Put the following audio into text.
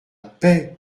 paix